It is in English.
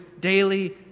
daily